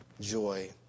joy